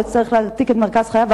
הוא לא יצטרך להעתיק את מרכז חייו,